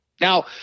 Now –